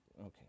Okay